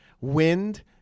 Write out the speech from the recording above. wind